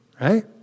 right